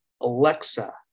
Alexa